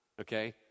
okay